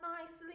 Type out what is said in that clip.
nicely